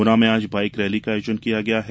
गुना में आज bike rally का आयोजन किया गया है